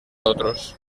otros